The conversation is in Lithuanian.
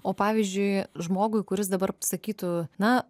o pavyzdžiui žmogui kuris dabar sakytų na